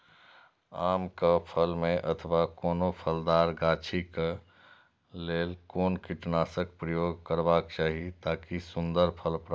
आम क फल में अथवा कोनो फलदार गाछि क लेल कोन कीटनाशक प्रयोग करबाक चाही ताकि सुन्दर फल प्राप्त हुऐ?